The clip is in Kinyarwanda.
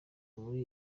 muri